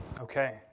Okay